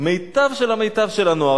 מיטב של המיטב של הנוער.